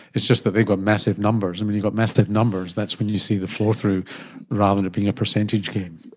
it's just that they've got massive numbers and when you've got massive numbers that's when you see the flow through rather than it being a percentage game.